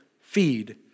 feed